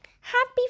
Happy